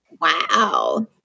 Wow